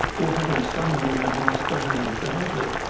or having someone in the house behave badly.